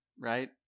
right